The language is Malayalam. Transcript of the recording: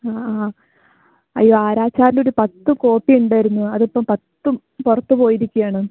ആ ആ അയ്യോ ആരാച്ചാരുടെ ഒരു പത്ത് കോപ്പി ഉണ്ടായിരുന്നു അതിപ്പം പത്തും പുറത്ത് പോയിരിക്കുകയാണ്